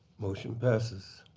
motion passes.